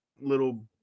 little